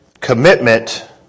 commitment